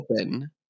open